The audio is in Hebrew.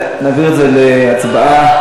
נעביר את זה להצבעה.